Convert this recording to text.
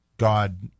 god